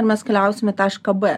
mes keliausim į tašką b